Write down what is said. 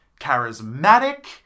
charismatic